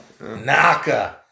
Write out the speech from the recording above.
Naka